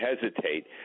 hesitate